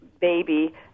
baby